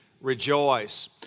rejoice